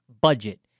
budget